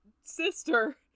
sister